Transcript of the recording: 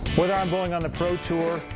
whether i'm going on a pro tour,